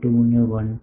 2 ને 1